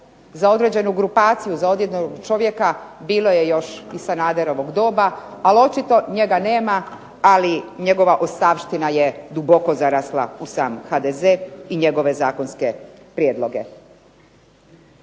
za određenu grupaciju za određenog čovjeka bilo je još iz Sanaderovog doba, ali očito njega nema ali njegova ostavština je duboko zarasla u HDZ i njegove zakonske prijedloge.